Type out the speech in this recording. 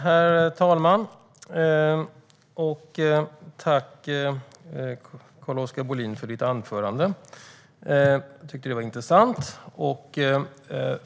Herr talman! Jag tackar Carl-Oskar Bohlin för hans anförande. Jag tyckte att det var intressant.